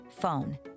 phone